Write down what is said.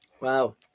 Wow